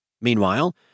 Meanwhile